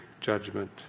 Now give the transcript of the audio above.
judgment